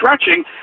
stretching